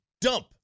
dump